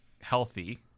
Healthy